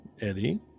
Eddie